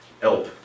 help